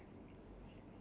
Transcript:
same I hope